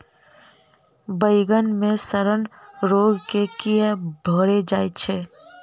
बइगन मे सड़न रोग केँ कीए भऽ जाय छै?